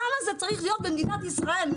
למה זה צריך להיות במדינת ישראל?